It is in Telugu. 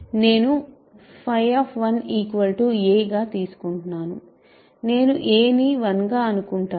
నేను a గా తీసుకుంటున్నాను నేను a ని 1 గా అనుకుంటాను